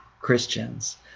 Christians